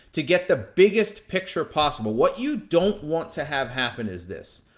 to get the biggest picture possible. what you don't want to have happen is this.